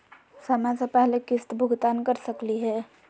समय स पहले किस्त भुगतान कर सकली हे?